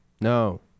No